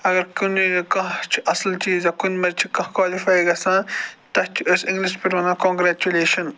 اگر کانٛہہ چھِ اصٕل چیٖز یا کُنہِ منٛز چھِ کانٛہہ کالِفَے گژھان تَتھ چھِ أسۍ اِنٛگلِش پٲٹھۍ وَنان کانٛگرٮ۪چُلیشَن